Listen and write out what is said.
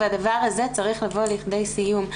והדבר הזה צריך לבוא לידי סיום.